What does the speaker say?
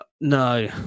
No